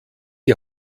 die